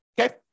Okay